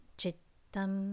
Chittam